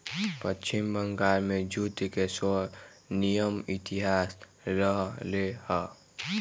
पश्चिम बंगाल में जूट के स्वर्णिम इतिहास रहले है